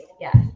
yes